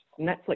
Netflix